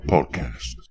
Podcast